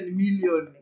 million